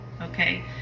okay